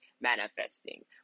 manifesting